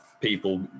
people